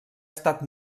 estat